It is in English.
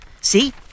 See